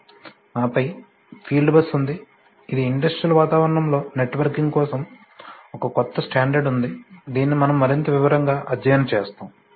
ఆపై field bus ఉంది ఇది ఇండస్ట్రియల్ వాతావరణంలో నెట్వర్కింగ్ కోసం ఒక కొత్త స్టాండర్డ్ ఉంది దీనిని మనము మరింత వివరంగా అధ్యయనం చేస్తాము